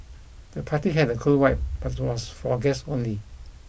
the party had a cool vibe but was for guests only